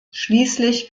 schließlich